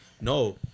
No